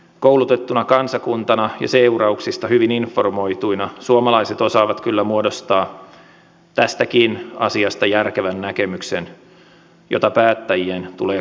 koulutettuna kansakuntana ja seurauksista hyvin informoituina suomalaiset osaavat kyllä muodostaa tästäkin asiasta järkevän näkemyksen jota päättäjien tulee kunnioittaa